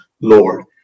Lord